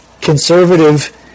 conservative